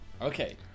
Okay